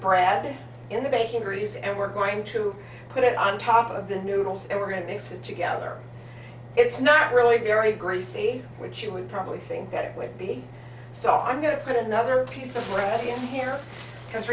bread in the baking grease and we're going to put it on top of the noodles and we're going to mix it together it's not really very greasy which you would probably think it would be so i'm going to put another piece of bread in here because